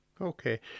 Okay